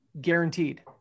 Guaranteed